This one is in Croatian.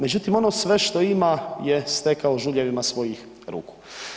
Međutim, ono sve što ima je stekao žuljevima svojih ruku.